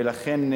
ולכן,